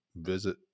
visit